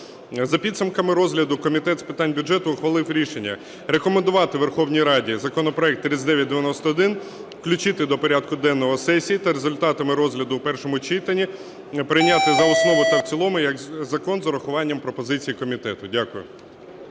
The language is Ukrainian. За підсумками розгляду Комітет з питань бюджету ухвалив рішення рекомендувати Верховній Раді законопроект 3991 включити до порядку денного сесії та результатами розгляду у першому читанні прийняти за основу та в цілому як закон з урахуванням пропозицій комітету. Дякую.